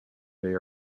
they